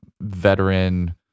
veteran